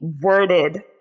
worded